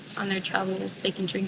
on their travels they can